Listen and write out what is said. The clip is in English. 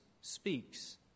speaks